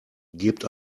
gebt